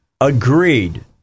agreed